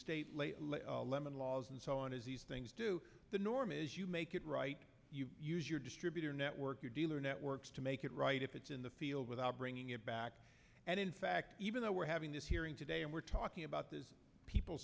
that lemon laws and so on is these things do the norm is you make it right your distributor network your dealer networks to make it right if it's in the field without bringing it back and in fact even though we're having this hearing today and we're talking about the people